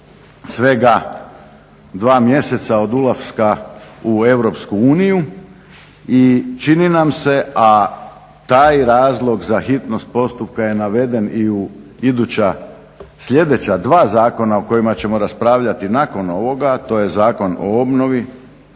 svega 2 mjeseca od ulaska u EU i čini nam se, a taj razlog za hitnost postupka je naveden i u iduća sljedeća dva zakona o kojima ćemo raspravljati nakon ovoga a to je Zakon o obnovi,